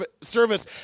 service